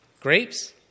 Grapes